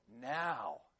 now